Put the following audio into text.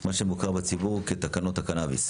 - מה שמוכר בציבור כתקנות הקנביס.